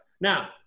Now